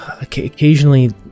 Occasionally